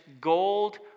gold